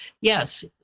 yes